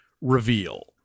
reveal